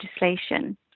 legislation